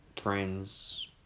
friends